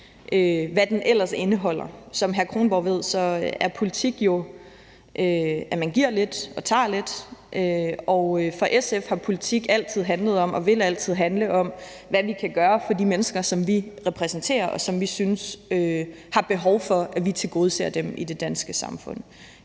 hvad den ellers indeholder. Som hr. Anders Kronborg ved, er politik jo, at man giver lidt og tager lidt, og for SF har politik altid handlet om og vil altid handle om, hvad vi kan gøre for de mennesker, som vi repræsenterer, og som vi synes har behov for at vi tilgodeser dem i det danske samfund.